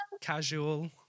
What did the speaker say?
casual